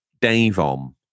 Dave-Om